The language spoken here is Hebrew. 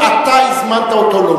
מה